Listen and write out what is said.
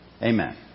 Amen